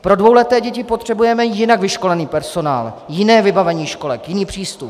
Pro dvouleté děti potřebujeme jinak vyškolený personál, jiné vybavení školek, jiný přístup.